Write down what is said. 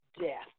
death